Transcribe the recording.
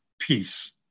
peace